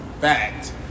fact